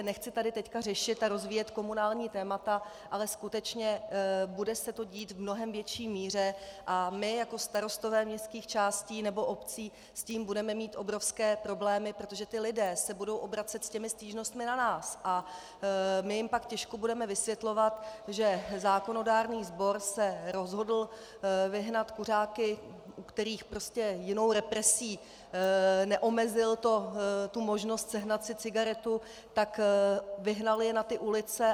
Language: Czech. Nechci tady teď řešit a rozvíjet komunální témata, ale skutečně bude se to dít v mnohem větší míře a my jako starostové městských částí nebo obcí s tím budeme mít obrovské problémy, protože lidé se budou obracet s těmi stížnostmi na nás a my jim pak těžko budeme vysvětlovat, že zákonodárný sbor se rozhodl vyhnat kuřáky, u kterých jinou represí neomezil možnost sehnat si cigaretu, vyhnal je na ulice.